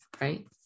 right